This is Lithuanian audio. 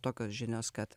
tokios žinios kad